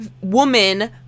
woman